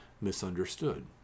misunderstood